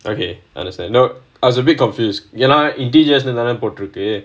okay understand I was a bit confuse ஏனா:yaenaa integers தானே போட்டுருக்கு:thanae potturukku